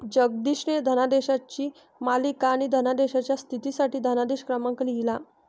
जगदीशने धनादेशांची मालिका आणि धनादेशाच्या स्थितीसाठी धनादेश क्रमांक लिहिला